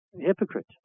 hypocrite